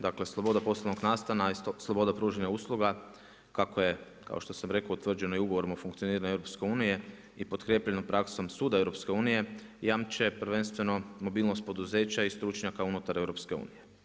Dakle, sloboda poslovnog nastana i sloboda pružanja usluga kako je kao što sam rekao utvrđeno i ugovorom o funkcioniranju EU i potkrijepljeno praksom suda EU jamče prvenstveno mobilnost poduzeća i stručnjaka unutar EU.